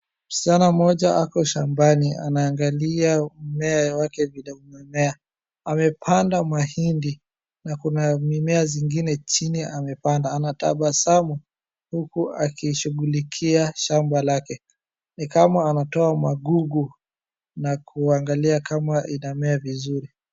Msichana mmoja ako shambani anaangalia mmea wake vile umeamea. Amepanda mahindi na kuna mimea zingine chini amepanda. Anatabasamu huku akishughulikia shamba lake. Ni kama anatoa magugu na kuangalia kama inamea vizuri.